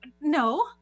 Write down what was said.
No